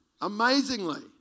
Amazingly